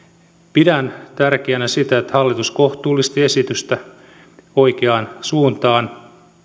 pidän tärkeänä sitä että hallitus kohtuullisti esitystä oikeaan suuntaan